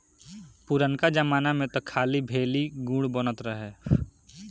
पुरनका जमाना में तअ खाली भेली, गुड़ बनत रहे